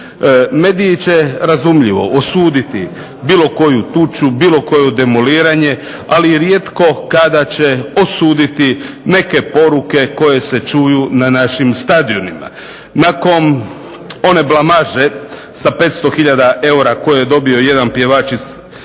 Mediji će razumljivo osuditi bilo koju tuču, bilo koje demoliranje, ali rijetko kada će osuditi neke poruke koje se čuju na našim stadionima. Nakon one blamaže sa 500 hiljada eura koje je dobio jedan pjevač iz jednog